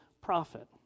prophet